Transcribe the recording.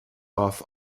off